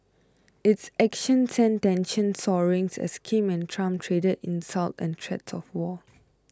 its actions sent tensions soaring's as Kim and Trump traded insults and threats of war